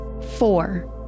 Four